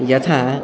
यथा